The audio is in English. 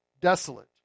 desolate